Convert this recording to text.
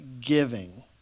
giving